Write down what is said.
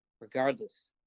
regardless